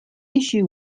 issue